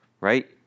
Right